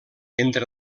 entre